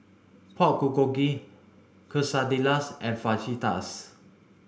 Pork Bulgogi Quesadillas and Fajitas